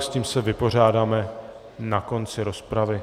S tím se vypořádáme na konci rozpravy.